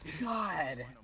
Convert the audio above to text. god